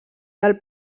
del